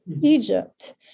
Egypt